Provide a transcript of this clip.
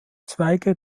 zweige